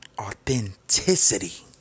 authenticity